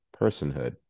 personhood